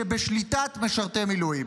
עסקים שבשליטת משרתי מילואים.